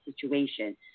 situation